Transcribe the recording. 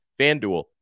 FanDuel